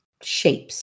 shapes